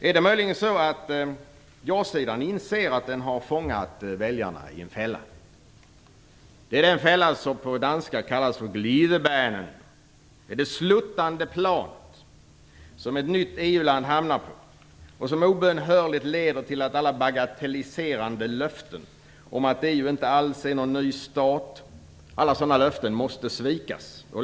Är det möjligen så att ja-sidan inser att den har fångat väljarna i en fälla? Det är den fälla som på danska kallas för glidebane. Det är det sluttande planet som ett nytt EU land hamnar på och som obönhörligt leder till att alla bagatelliserande löften om att EU inte alls är någon ny stat måste svikas.